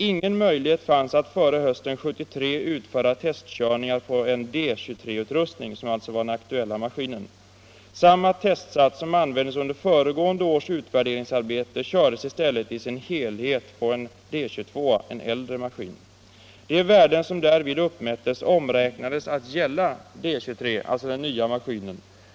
Ingen möjlighet fanns att före hösten 1973 utföra testkörningar på en D 23-utrustning” — som alltså var den aktuella maskinen. ”Samma testsats som användes under föregående års utredningsarbete kördes i stället i sin helhet på en D 22” - en gammal maskin.